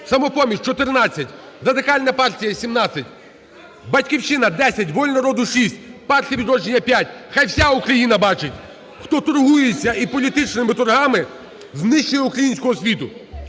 "Самопоміч" – 14, Радикальна партія – 17, "Батьківщина" – 10, "Воля народу" – 6, "Партія "Відродження" – 5. Хай вся Україна бачить, хто торгується і політичними торгами знищує українську освіту.